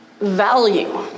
value